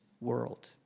world